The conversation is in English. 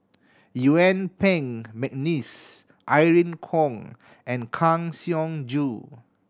Yuen Peng McNeice Irene Khong and Kang Siong Joo